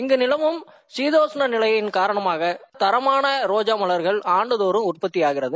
இங்கு நிலவும் சீதோஷ்ண நிலை காணமாக தாமான ரோஜ மலர்கள் ஆண்டுதோறும் உற்பத்தியாகின்றன